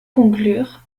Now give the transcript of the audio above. conclure